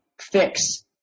fix